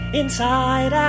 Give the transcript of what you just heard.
inside